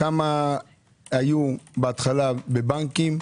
כמה היו בהתחלה בבנקים,